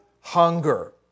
hunger